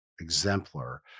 exemplar